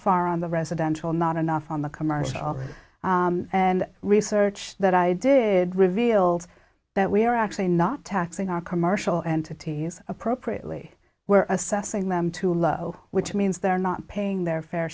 far on the residential not enough on the commercial and research that i did reveals that we are actually not taxing our commercial entities appropriately we're assessing them too low which means they're not paying their fair